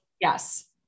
Yes